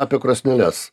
apie krosneles